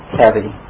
heavy